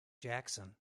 jackson